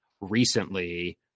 recently